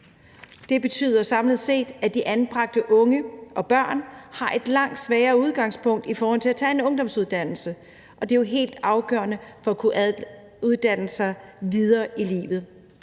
Det betyder samlet set, at de anbragte børn og unge har et langt svagere udgangspunkt i forhold til at tage en ungdomsuddannelse, som jo er helt afgørende for at kunne uddanne sig videre i livet.